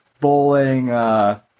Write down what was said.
Bowling